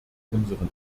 unseren